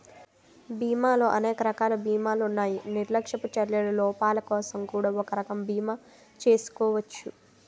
బీమాలో అనేక రకాల బీమాలున్నాయి నిర్లక్ష్యపు చర్యల లోపాలకోసం కూడా ఒక రకం బీమా చేసుకోచ్చు